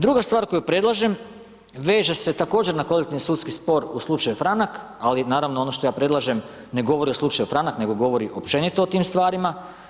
Druga stvar koju predlažem, veže se također na kolektivni sudski spor u slučaju Franak, ali naravno ono što ja predlažem, ne govori o slučaju Franak, nego govori općenito o tim stvarima.